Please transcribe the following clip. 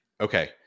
okay